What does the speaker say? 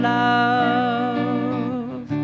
love